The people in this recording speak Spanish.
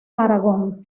aragón